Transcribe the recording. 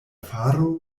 faro